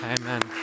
Amen